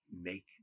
make